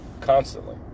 constantly